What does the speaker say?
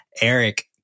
Eric